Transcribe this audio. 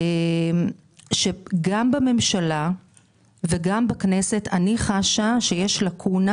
גם בממשלה וגם בכנסת אני חשה שיש לקונה